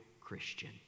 Christian